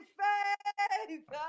faith